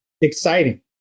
exciting